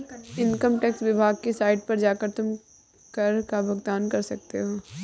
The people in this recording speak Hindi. इन्कम टैक्स विभाग की साइट पर जाकर तुम कर का भुगतान कर सकते हो